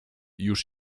już